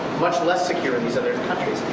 much less secure in these other countries.